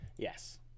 yes